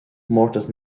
comórtas